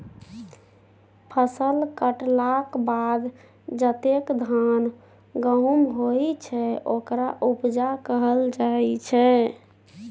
फसल कटलाक बाद जतेक धान गहुम होइ छै ओकरा उपजा कहल जाइ छै